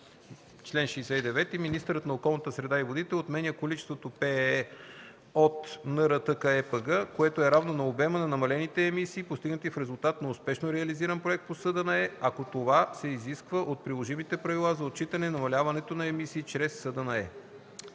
„Чл. 69. Министърът на околната среда и водите отменя количеството ПЕЕ от НРТКЕПГ, което е равно на обема на намалените емисии, постигнати в резултат на успешно реализиран проект по СДНЕ, ако това се изисква от приложимите правила за отчитане намаляването на емисии чрез СДНЕ.”